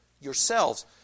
yourselves